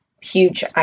huge